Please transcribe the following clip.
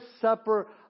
Supper